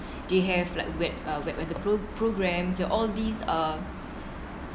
they have like whe~ whether programs ya all these um